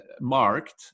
marked